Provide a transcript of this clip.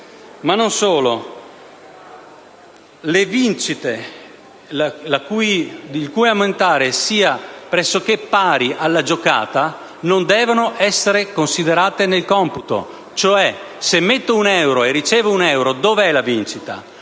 «evidente». Le vincite, il cui ammontare sia pressoché pari alla giocata, non devono essere considerate nel computo: se cioè metto un euro e ricevo un euro, dov'è la vincita?